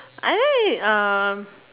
I like um